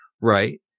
Right